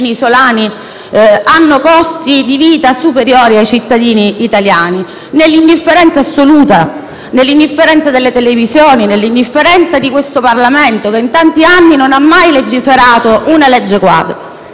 isolani hanno costi di vita superiori al resto del cittadini italiani, nell'indifferenza assoluta, nell'indifferenza delle televisioni e nell'indifferenza di questo Parlamento che, in tanti anni, non ha mai legiferato una legge quadro.